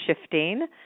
shifting